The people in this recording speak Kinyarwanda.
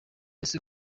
ese